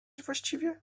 właściwie